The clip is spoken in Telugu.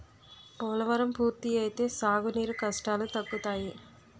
పోలవరం పూర్తి అయితే సాగు నీరు కష్టాలు తగ్గుతాయి